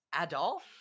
Adolf